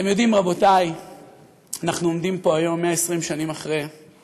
אתם יודעים, אנחנו עומדים פה היום, מסתכלים עליך,